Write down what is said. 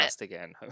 again